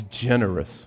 generous